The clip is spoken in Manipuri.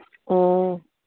ꯑꯣ